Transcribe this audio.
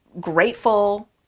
grateful